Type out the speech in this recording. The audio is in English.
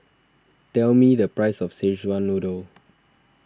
tell me the price of Szechuan Noodle